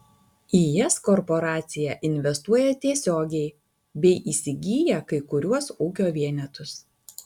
į jas korporacija investuoja tiesiogiai bei įsigyja kai kuriuos ūkio vienetus